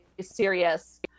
serious